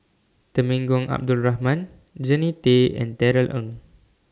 Temenggong Abdul Rahman Jannie Tay and Darrell Ang